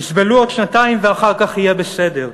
תסבלו עוד שנתיים ואחר כך יהיה בסדר.